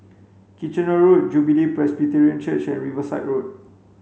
Kitchener Road Jubilee Presbyterian Church and Riverside Road